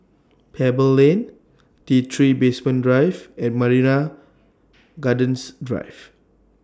Pebble Lane T three Basement Drive and Marina Gardens Drive